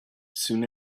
soon